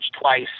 twice